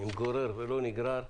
להיות גורר ולא נגרר.